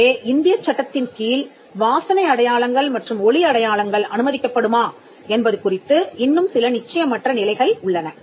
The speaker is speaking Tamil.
எனவே இந்திய சட்டத்தின் கீழ் வாசனை அடையாளங்கள் மற்றும் ஒலி அடையாளங்கள் அனுமதிக்கப் படுமா என்பது குறித்து இன்னும் சில நிச்சயமற்ற நிலைகள் உள்ளன